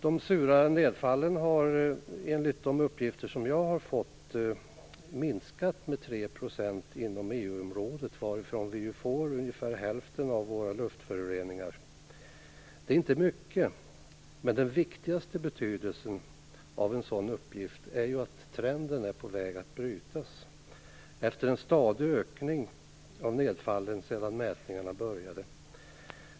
De sura nedfallen har enligt de uppgifter som jag har fått minskat med 3 % inom EU-området, varifrån vi får ungefär hälften av våra luftföroreningar. Det är inte mycket. Men den viktigaste betydelsen av en sådan uppgift är att trenden är på väg att brytas efter en stadig ökning av nedfallet sedan mätningarna började.